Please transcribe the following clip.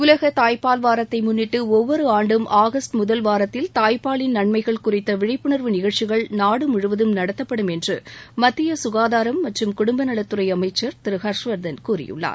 உலகத் தாய்பால் வாரத்தை முன்னிட்டு ஒவ்வொரு ஆண்டும் ஆகஸ்ட் முதல் வாரத்தில் தாய்ப்பாலின் நன்மைகள் குறித்த விழிப்புணர்வு நிகழ்ச்சிகள் நாடு முழுவதும் நடத்தப்படும் என்று மத்திய சுகாதாரம் மற்றம் குடும்ப நலத்துறை அமைச்சர் திரு ஹர்ஷ்வர்தன் கூறியுள்ளார்